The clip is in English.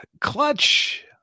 Clutch